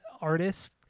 artists